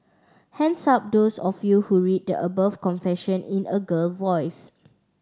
hands up those of you who read the above confession in a girl voice